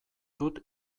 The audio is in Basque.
dut